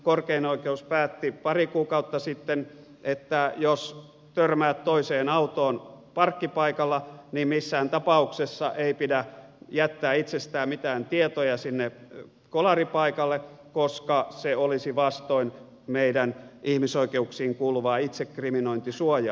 korkein oikeus päätti pari kuukautta sitten että jos törmäät toiseen autoon parkkipaikalla niin missään tapauksessa ei pidä jättää itsestään mitään tietoja sinne kolaripaikalle koska se olisi vastoin meidän ihmisoikeuksiimme kuuluvaa itsekriminointisuojaa